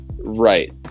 right